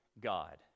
God